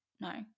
No